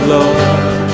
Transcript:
Lord